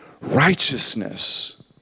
Righteousness